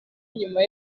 nyuma